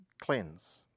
cleanse